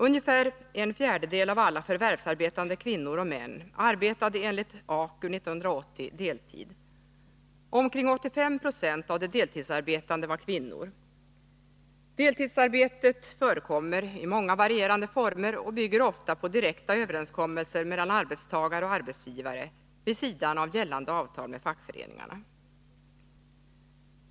Ungefär en fjärdedel av alla förvärvsarbetande kvinnor och män arbetade år 1980 deltid enligt AKU. Omkring 85 70 av de deltidsarbetande var kvinnor. Deltidsarbetet förekommer i många varierande former och bygger ofta på direkta överenskommelser mellan arbetstagare och arbetsgivare vid sidan av gällande avtal med fackföreningarna.